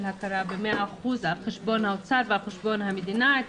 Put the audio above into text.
הכרה ב-100% על חשבון האוצר ועל חשבון המדינה,